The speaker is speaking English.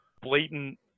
blatant